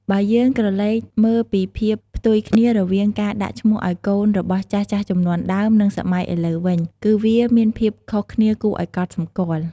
បើយើងក្រឡេកមើលពីភាពផ្ទុយគ្នារវាងការដាក់ឈ្មោះឱ្យកូនរបស់ចាស់ៗជំនាន់ដើម និងសម័យឥឡូវវិញ គឺវាមានភាពខុសគ្នាគួរឱ្យកត់សម្គាល់។